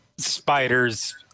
Spiders